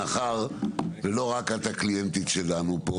מאחר שאת לא רק הקליינטית שלנו פה,